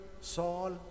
Saul